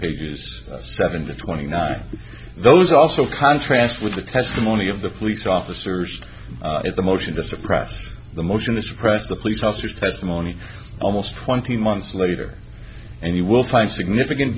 seven to twenty nine those also contrast with the testimony of the police officers at the motion to suppress the motion to suppress the police officers testimony almost twenty months later and you will find significant